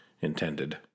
intended